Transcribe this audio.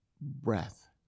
breath